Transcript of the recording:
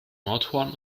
nordhorn